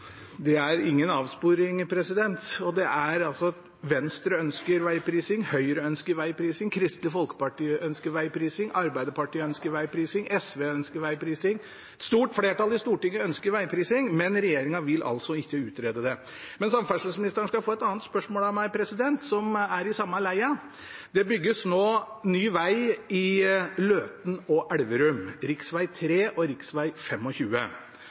Det er ingen avsporing. Venstre ønsker vegprising, Høyre ønsker vegprising, Kristelig Folkeparti ønsker vegprising, Arbeiderpartiet ønsker vegprising, SV ønsker vegprising – et stort flertall i Stortinget ønsker vegprising, men regjeringen vil ikke utrede det. Samferdselsministeren skal få et annet spørsmål, som er i samme leia, av meg. Det bygges nå ny veg i Løten og Elverum, rv. 3 og